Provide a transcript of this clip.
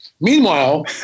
Meanwhile